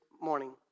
morning